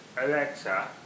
Alexa